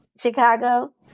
Chicago